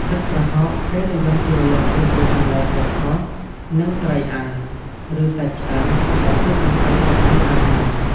ទឹកប្រហុក គេនិយមជ្រលក់ជាមួយបន្លែស្រស់ៗ និងត្រីអាំង ឬសាច់ឆ្អិន ដែលជួយបង្កើនចំណង់អាហារ។